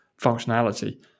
functionality